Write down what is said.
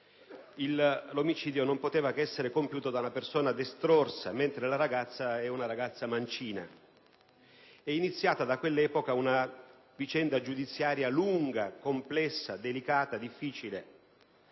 l'omicidio non poteva essere stato compiuto che da una persona destrorsa, mentre la ragazza è mancina. È iniziata, da quel momento una vicenda giudiziaria lunga, complessa, delicata e difficile.